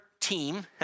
team